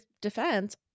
defense